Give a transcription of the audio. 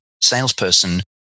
salesperson